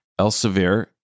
Elsevier